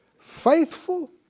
faithful